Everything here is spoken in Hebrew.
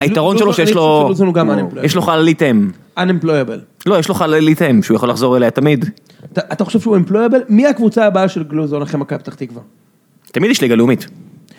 היתרון שלו שיש לו, יש לו חללית אם. Unemployable. לא, יש לו חללית אם שהוא יכול לחזור אליה תמיד. אתה חושב שהוא Unemployable? מי הקבוצה הבאה של גלוזון החמקה בטח תקווה? תמיד יש ליגה לאומית.